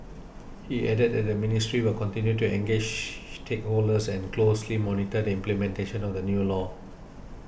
he added that the ministry will continue to engage stakeholders and closely monitor the implementation of the new law